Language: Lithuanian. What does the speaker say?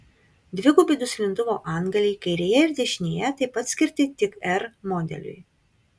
dvigubi duslintuvo antgaliai kairėje ir dešinėje taip pat skirti tik r modeliui